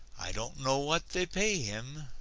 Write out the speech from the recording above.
i don't know what they pay him,